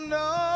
no